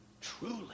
truly